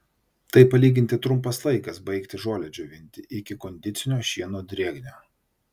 tai palyginti trumpas laikas baigti žolę džiovinti iki kondicinio šieno drėgnio